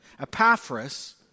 Epaphras